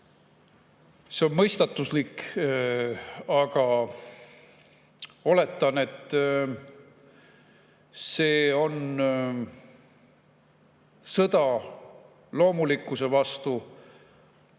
See on mõistatuslik, aga ma oletan, et see on sõda loomulikkuse vastu,